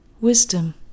wisdom